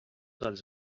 dels